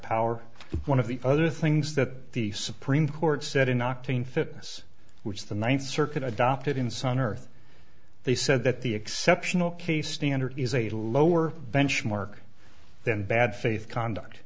power one of the other things that the supreme court said in octane fitness which the ninth circuit adopted in sun earth they said that the exceptional case standard is a lower benchmark than bad faith conduct